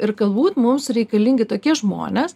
ir galbūt mums reikalingi tokie žmonės